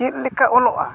ᱪᱮᱫᱞᱮᱠᱟ ᱚᱞᱚᱜᱼᱟ